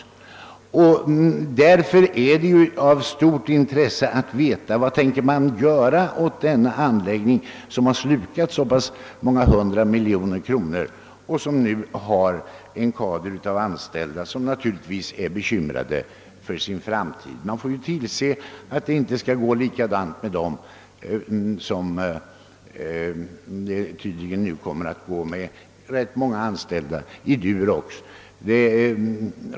Därför är det av stort intresse att veta vad man tänker göra med denna anläggning som har slukat så pass många hundra miljoner och som nu har en kader av anställda vilka naturligtvis är bekymrade för sin framtid. Man får se till att det inte går likadant för dessa människor som det tydligen kommer att gå för ganska många anställda i Durox.